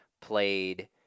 played